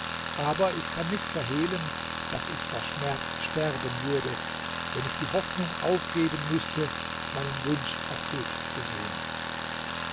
aber ich kann nicht verhehlen daß ich vor schmerz sterben würde wenn ich die hoffnung aufgeben müßte meinen wunsch erfüllt zu sehen